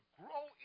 grow